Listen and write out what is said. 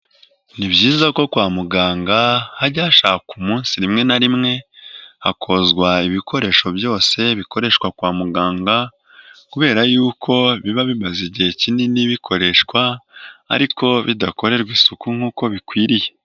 Ni byiza ko kwa muganga hajya hashakwa umunsi rimwe na rimwe hakozwa ibikoresho byose bikoreshwa kwa muganga, kubera y'uko biba bimaze igihe kinini bikoreshwa ariko bidakorerwa isuku nk'uko bikwiriye.